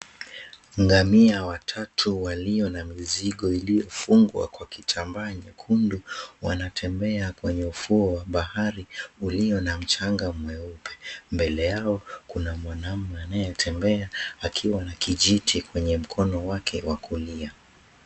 Ngamia watatu walio na mizigo iliyofungwa kwa kitambaa nyekundu, wanatembea kwenye ufuo wa bahari ulio na mchanga mweupe. Mbele yao kuna mwanaume anayetembea akiwa na kijiti kwenye mkono wake wa kulia.